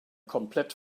komplett